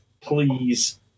please